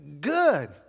good